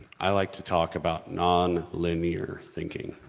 i like to talk about non-linear thinking.